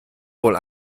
wohl